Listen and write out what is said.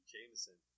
Jameson